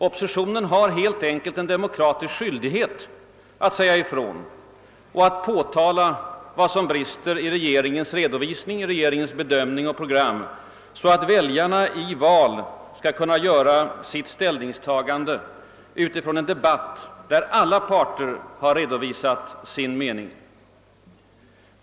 Oppositionen har heit enkelt en klar demokratisk skyldighet att säga ifrån, att påtala vad som brister i regeringens redovisning, bedömning och program, så att väljarna i val skall kunna göra sitt ställningstagande med ledning av en debatt där alla parter redovisat sin mening.